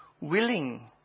willing